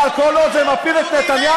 אבל כל עוד זה מפיל את נתניהו,